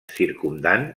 circumdant